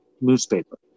newspaper